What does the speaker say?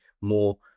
more